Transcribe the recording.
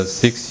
six